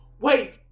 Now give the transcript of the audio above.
wait